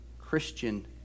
Christian